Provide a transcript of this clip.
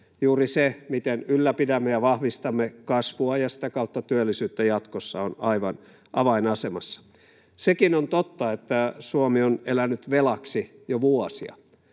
Juuri se, miten ylläpidämme ja vahvistamme kasvua ja sitä kautta työllisyyttä jatkossa, on aivan avainasemassa. Sekin on totta, että Suomi on elänyt velaksi jo vuosia,